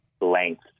length